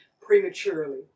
prematurely